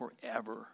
forever